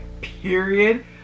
period